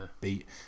beat